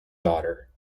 daughter